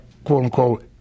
Quote-unquote